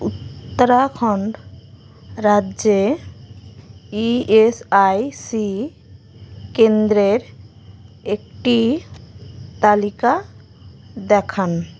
উত্তরাখণ্ড রাজ্যে ইএসআইসি কেন্দ্রের একটি তালিকা দেখান